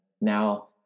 now